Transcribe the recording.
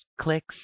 clicks